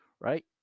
right